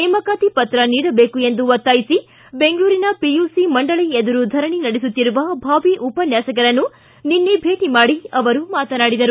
ನೇಮಕಾತಿ ಪತ್ರ ನೀಡಬೇಕು ಎಂದು ಒತ್ತಾಯಿಸಿ ಬೆಂಗಳೂರಿನ ಪಿಯುಸಿ ಮಂಡಳಿ ಎದುರು ಧರಣಿ ನಡೆಸುತ್ತಿರವ ಭಾವಿ ಉಪನ್ಯಾಸಕರನ್ನು ನಿನ್ನೆ ಭೇಟಿ ಮಾಡಿ ಅವರು ಮಾತನಾಡಿದರು